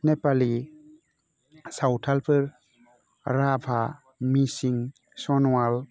नेपालि सावथालफोर राभा मिसिं सन'वाल